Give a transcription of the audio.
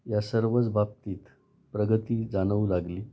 या सर्वच बाबतीत प्रगती जाणवू लागली